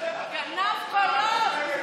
גנב קולות,